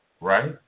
right